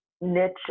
niche